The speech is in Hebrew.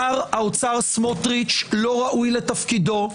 שר האוצר סמוטריץ לא ראוי לתפקידו.